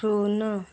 ଶୂନ